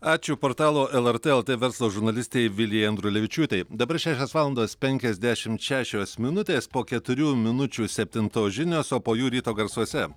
ačiū portalo lrt lt verslo žurnalistei vilijai andrulevičiūtei dabar šešios valandos penkiasdešimt šešios minutės po keturių minučių septintos žinios o po jų ryto garsuose